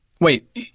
Wait